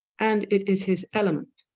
and it is his element.